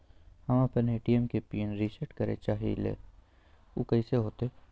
हम अपना ए.टी.एम के पिन रिसेट करे के चाहईले उ कईसे होतई?